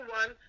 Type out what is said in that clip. one